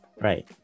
Right